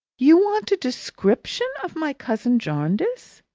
you want a description of my cousin jarndyce?